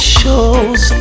shows